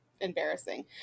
embarrassing